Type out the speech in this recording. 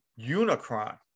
unicron